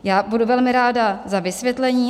Já budu velmi ráda za vysvětlení.